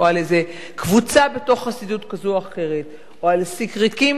על-ידי קבוצה בתוך חסידות כזו או אחרת או על סיקריקים